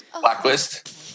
blacklist